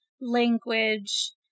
language